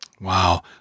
Wow